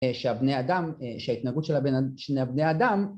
שהבני אדם שההתנהגות של הבני אדם